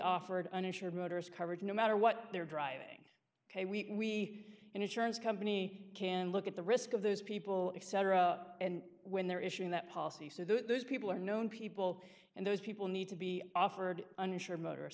offered uninsured motorist coverage no matter what they're driving ok we insurance company can look at the risk of those people if cetera and when they're issuing that policy so those people are known people and those people need to be offered uninsured motorist